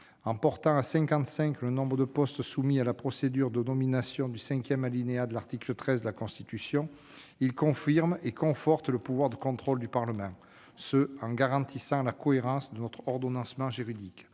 En portant à 55 le nombre de postes soumis à la procédure de nomination du cinquième alinéa de l'article 13 de la Constitution, il confirme et conforte le pouvoir de contrôle du Parlement, tout en garantissant la cohérence de notre ordonnancement juridique.